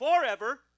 forever